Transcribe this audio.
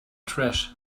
trash